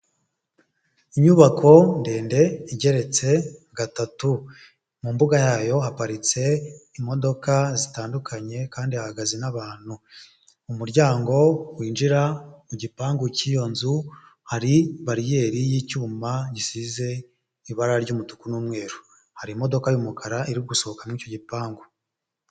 Inyubako ndende igeretse gatatu, mu mbuga yayo haparitse imodoka zitandukanye kandi hahagaze n'abantu, mu muryango winjira mu gipangu cy'iyo nzu hari bariyeri y'icyuma gisize ibara ry'umutuku n'umweru, hari imodoka y'umukara iri gusohoka mu icyo gipangu.